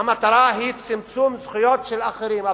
המטרה היא צמצום זכויות של אחרים.